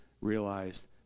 realized